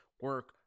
Work